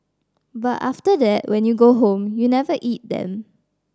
but after that when you go home you never eat them